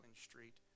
Street